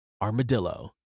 Armadillo